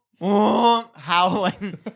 Howling